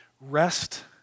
Rest